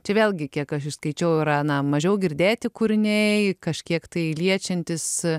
čia vėlgi kiek aš jus skaičiau yra ne mažiau girdėti kūriniai kažkiek tai liečiantis